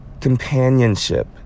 companionship